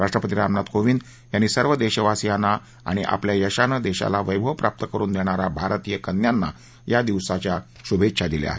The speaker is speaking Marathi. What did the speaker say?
राष्ट्रपती रामनाथ कोविंद यांनी सर्व देशवासीयांना आणि आपल्या यशानं देशाला वैभव प्राप्त करून देणाऱ्या भारतीय कन्यांना या दिवसाच्या शुभेच्छा दिल्या आहेत